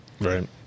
Right